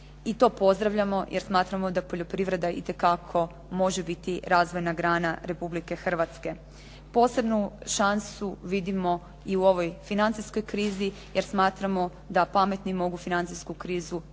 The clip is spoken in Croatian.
I to pozdravljamo, jer smatramo da poljoprivreda itekako može biti razvojna grana Republike Hrvatske. Posebnu šansu vidimo i u ovoj financijskoj krizi, jer smatramo da pametni mogu financijsku krizu iskoristiti